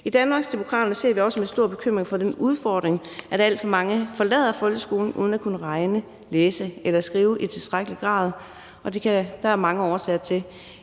I Danmarksdemokraterne ser vi også med stor bekymring på den udfordring, at alt for mange forlader folkeskolen uden at kunne regne, læse eller skrive i tilstrækkelig grad. Det kan der være mange årsager til.